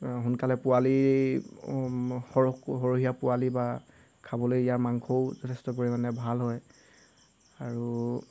সোনকালে পোৱালি সৰহ সৰহীয়া পোৱালী বা খাবলৈ ইয়াৰ মাংসও যথেষ্ট পৰিমাণে ভাল হয় আৰু